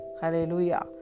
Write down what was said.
Hallelujah